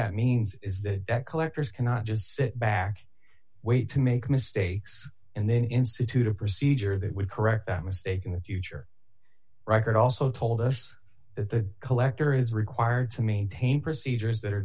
that means is that debt collectors cannot just sit back wait to make mistakes and then institute a procedure that would correct that mistake in the future record also told us that the collector is required to maintain procedures that are